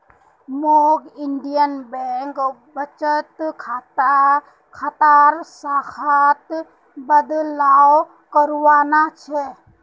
मौक Indian bank बचत खातार शाखात बदलाव करवाना छ